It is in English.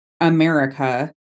America